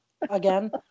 Again